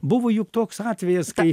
buvo juk toks atvejas kai